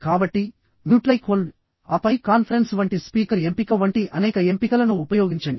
కాబట్టి mute like hold ఆపై conference వంటి స్పీకర్ ఎంపిక వంటి అనేక ఎంపికలను ఉపయోగించండి